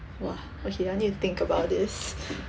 !wah! okay I need to think about this